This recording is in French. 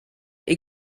est